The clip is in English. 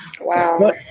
wow